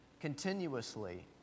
continuously